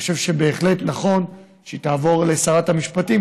אני חושב שבהחלט נכון שהיא תעבור לשרת המשפטים